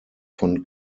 von